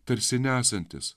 tarsi nesantis